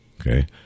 Okay